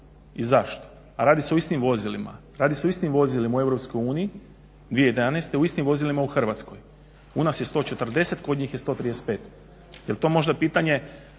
i zašto, a radi se o istim vozilima, radi se o istim vozilima u Europskoj uniji 2011. o istim vozilima u Hrvatskoj, u nas je 140, kod njih je 135, je li to možda pitanje